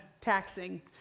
taxing